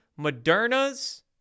Moderna's